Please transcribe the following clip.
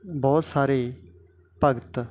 ਬਹੁਤ ਸਾਰੇ ਭਗਤ